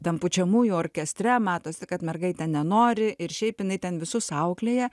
tam pučiamųjų orkestre matosi kad mergaitė nenori ir šiaip jinai ten visus auklėja